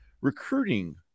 recruiting